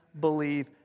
believe